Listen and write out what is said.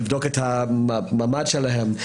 לבדוק את המעמד שלהם,